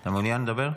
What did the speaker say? אתה מעוניין לדבר?